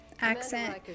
accent